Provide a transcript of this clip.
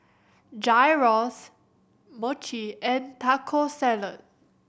Gyros Mochi and Taco Salad